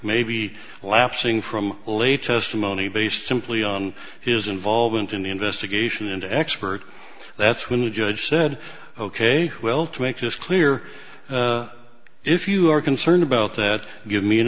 maybe lapsing from a late testimony based simply on his involvement in the investigation into expert that's when a judge said ok well to make this clear if you you are concerned about that give me an